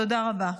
תודה רבה.